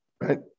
right